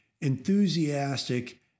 enthusiastic